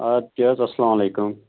اَدٕ کیٛاہ حظ اَسلام علیکُم